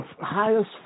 highest